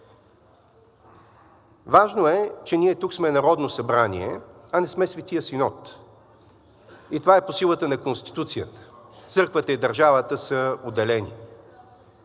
Важно е, че ние тук сме Народно събрание, а не сме Светия синод. Това е по силата на Конституцията. Църквата и държавата са отделени.